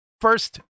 First